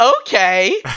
Okay